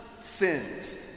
sins